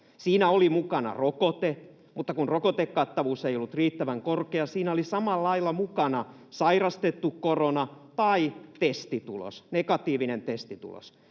Siinä oli mukana rokote, mutta kun rokotekattavuus ei ollut riittävän korkea, siinä oli samalla lailla mukana sairastettu korona tai negatiivinen testitulos.